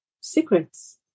secrets